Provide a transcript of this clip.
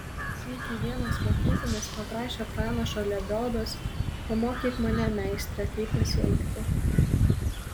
sykį vienas mokytinis paprašė pranašo lebiodos pamokyk mane meistre kaip pasielgti